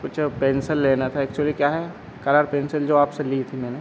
कुछ पेन्सल लेना था एक्चुली क्या है कलर पेंसिल जो आपसे ली थी मैंने